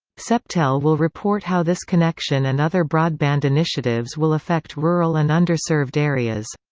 septel will report how this connection and other broadband initiatives will affect rural and underserved areas.